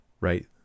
right